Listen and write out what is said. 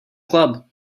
club